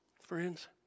friends